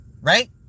Right